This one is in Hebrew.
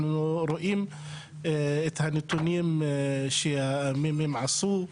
אנחנו רואים את הנתונים שממ״מ עשו,